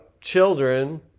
children